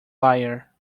liar